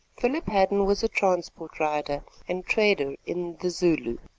philip hadden was a transport-rider and trader in the zulu.